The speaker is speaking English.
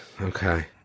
okay